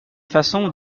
façons